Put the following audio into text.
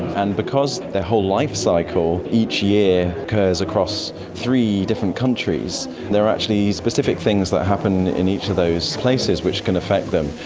and because their whole life-cycle each year occurs across three different countries, there are actually specific things that happen in each of those places which can affect them.